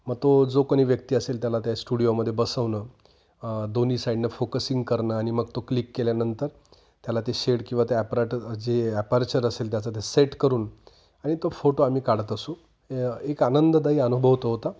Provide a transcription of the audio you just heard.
मग तो जो कोणी व्यक्ती असेल त्याला त्या स्टुडिओमध्ये बसवणं दोन्ही साईडनं फोकसिंग करणं आणि मग तो क्लिक केल्यानंतर त्याला ते शेड किंवा ते ॲपराटर जे ॲपार्चर असेल त्याचा ते सेट करून आणि तो फोटो आम्ही काढत असू एक आनंददायी अनुभव तो होता